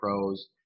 pros